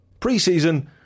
Preseason